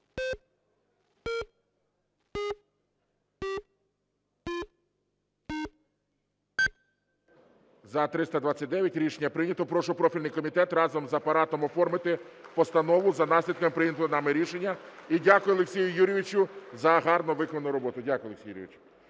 За-329 Рішення прийнято. Прошу профільний комітет разом з Апаратом оформити постанову за наслідками прийнятого нами рішення. І дякую, Олексію Юрійовичу, за гарно виконану роботу. Дякую, Олексій Юрійович.